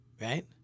right